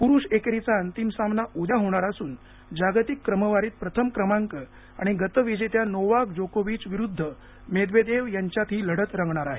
पुरुष एकेरीचा अंतिम सामना उद्या होणार असून जागतिक क्रमवारीत प्रथम क्रमांक आणि गतविजेत्या नोवाक जोकोविच विरुद्ध मेदवेदेव यांच्यात ही लढत रंगणार आहे